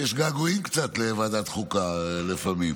יש קצת געגועים לוועדת חוקה לפעמים.